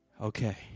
Okay